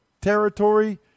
territory